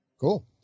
Cool